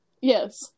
yes